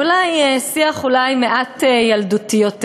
שיח אולי מעט ילדותי יותר,